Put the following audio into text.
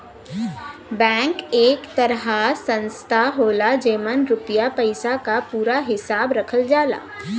bank एक तरह संस्था होला जेमन रुपया पइसा क पूरा हिसाब रखल जाला